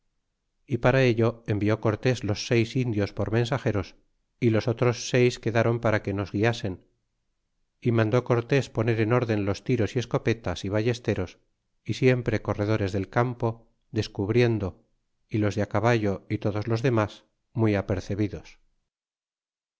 y para ello envió cortés los seis indios por mensageros y los otros seis quedáron para que nos guiasen y mandó cortés poner en orden los tiros y esco petas y ballesteros y siempre corredores del campo descubriendo y los de caballo y todos los demas muy apercebidos